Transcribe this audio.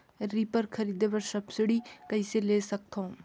Reaper खरीदे बर subsidy कइसे ले सकथव?